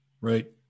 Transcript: Right